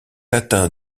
atteint